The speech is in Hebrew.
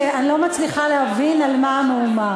שאני לא מצליחה להבין על מה המהומה.